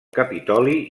capitoli